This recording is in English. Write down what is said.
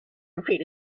afraid